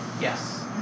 Yes